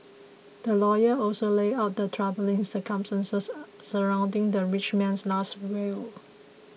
the lawyer also laid out the troubling circumstances surrounding the rich man's Last Will